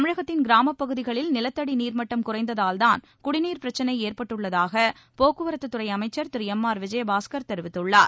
தமிழகத்தின் கிராமப்பகுதிகளில் நிலத்தடி நீர்மட்டம் குறைந்ததால்தான குடிநீர் பிரச்னை ஏற்பட்டுள்ளதாக போக்குவரத்துத்துறை அமைச்சர் திரு எம் ஆர் விஜயபாஸ்கர் தெரிவித்துள்ளார்